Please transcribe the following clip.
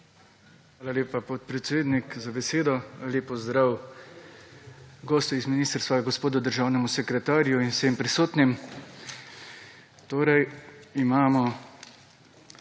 Hvala lepa, podpredsednik, za besedo. Lep pozdrav, gostu iz ministrstva, gospodu državnemu sekretarju in vsem prisotnim! Torej, imamo